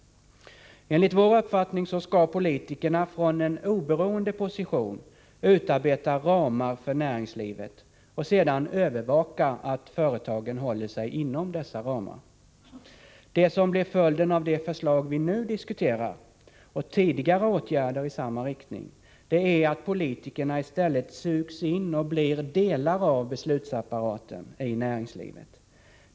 Enligt vår uppfattning skall politikerna, från en oberoende position, utarbeta ramar för näringslivet och sedan övervaka att företagen håller sig inom dessa ramar. Följden av det förslag vi nu diskuterar och tidigare åtgärder i samma riktning blir att politikerna i stället sugs in i och blir delar av beslutsapparaten i näringslivet.